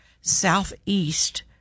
southeast